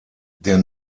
der